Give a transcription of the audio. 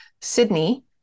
Sydney